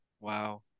Wow